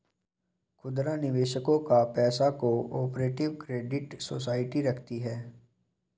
खुदरा निवेशकों का पैसा को ऑपरेटिव क्रेडिट सोसाइटी रखती है